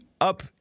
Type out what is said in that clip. up